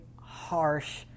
harsh